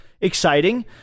exciting